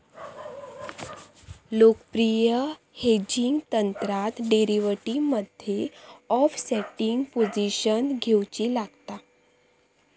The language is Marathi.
लोकप्रिय हेजिंग तंत्रात डेरीवेटीवमध्ये ओफसेटिंग पोझिशन घेउची लागता